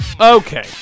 Okay